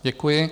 Děkuji.